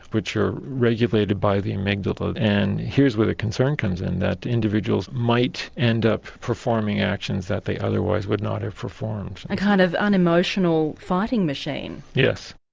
which are regulated by the amygdala. and here's where the concern comes and that individuals might end up performing actions that they otherwise would not have performed. a kind of unemotional fighting machine? yes.